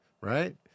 right